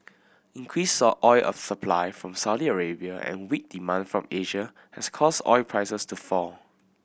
increased oil supply from Saudi Arabia and weak demand from Asia has caused oil prices to fall